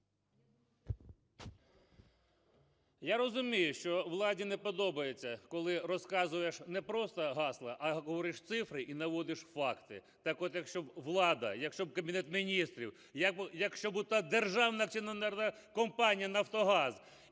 Я розумію, що владі не подобається, коли розказуєш не просто гасла, а говориш цифри і наводиш факти. Так от, якщо б влада, якщо б Кабінет Міністрів, якщо б ота Державна акціонерна компанія "Нафтогаз"